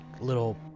little